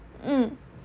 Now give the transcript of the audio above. mm